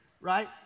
Right